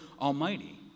Almighty